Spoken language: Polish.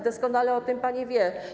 Doskonale o tym pani wie.